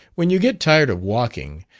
when you get tired of walking,